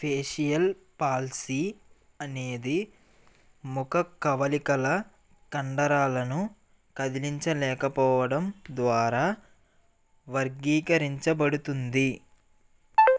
facial palsy అనేది ముఖ కవళికల కండరాలను కదిలించలేకపోవడం ద్వారా వర్గీకరించబడుతుంది